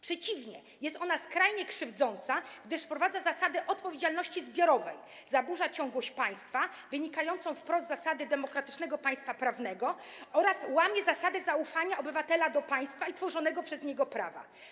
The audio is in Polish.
Przeciwnie, jest ona skrajnie krzywdząca, gdyż wprowadza zasadę odpowiedzialności zbiorowej, zaburza ciągłość państwa wynikającą wprost z zasady demokratycznego państwa prawnego oraz łamie zasadę zaufania obywatela do państwa i tworzonego przez nie prawa.